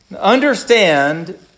Understand